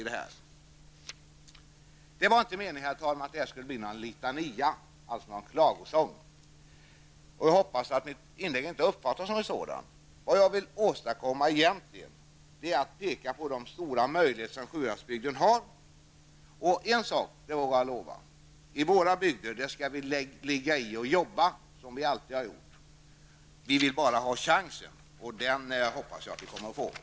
Det var inte meningen, herr talman, att detta skulle bli någon litania, alltså klagosång, och jag hoppas att mitt inlägg inte har uppfattats som en sådan. Det jag vill åstadkomma egentligen är att peka på de stora möjligheter som Sjuhäradsbygden har. En sak vågar jag lova, i våra bygder skall vi ligga i och jobba som vi alltid har gjort. Vi vill bara ha chansen, och den hoppas jag att vi kommer att få.